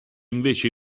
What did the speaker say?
invece